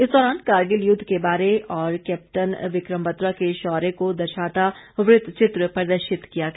इस दौरान कारगिल युद्ध के बारे और कैप्टन विक्रम बत्रा के शौर्य को दर्शाता वृत चित्र प्रदर्शित किया गया